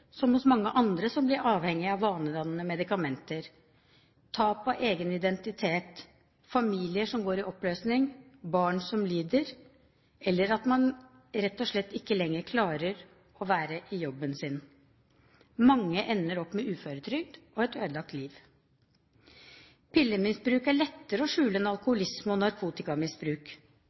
som for mange andre som blir avhengige av vanedannende medikamenter: tap av egen identitet, familier som går i oppløsning, barn som lider, eller at man rett og slett ikke lenger klarer å være i jobben sin. Mange ender opp med uføretrygd og et ødelagt liv. Pillemisbruk er lettere å skjule enn alkoholisme og narkotikamisbruk.